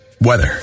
weather